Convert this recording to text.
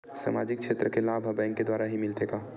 सामाजिक क्षेत्र के लाभ हा बैंक के द्वारा ही मिलथे का?